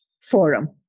forum